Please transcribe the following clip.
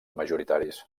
majoritaris